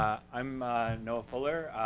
i'm noah fuller,